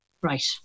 right